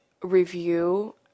Review